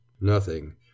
Nothing